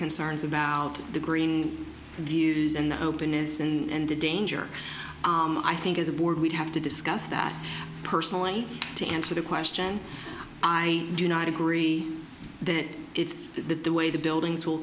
concerns about the green views and the openness and the danger i think as a board we'd have to discuss that personally to answer the question i do not agree that it's that the way the buildings will